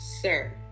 sir